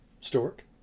Stork